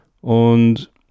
und